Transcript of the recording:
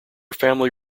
family